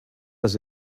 does